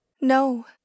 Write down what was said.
No